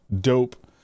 dope